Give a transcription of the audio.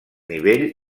nivell